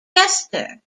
jester